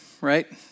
right